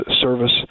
service